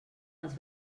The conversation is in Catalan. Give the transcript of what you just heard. els